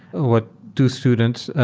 what two students,